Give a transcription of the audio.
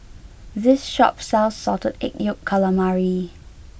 this shop sells Salted Egg Yolk Calamari